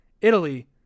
italy